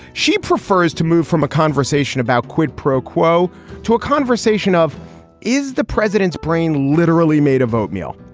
she prefers to move from a conversation about quid pro quo to a conversation of is the president's brain literally made of oatmeal.